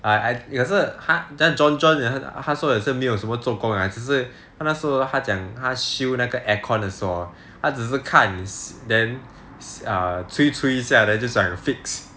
err 有一次 then john john 他说也是没有什么做工 ah 只是他那时他讲他修那个 air con 的时候 hor 他只是看 then err 吹吹一下 then 就讲有 fix